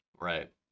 Right